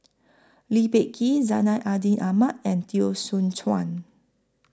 Lee Peh Gee Zainal Abidin Ahmad and Teo Soon Chuan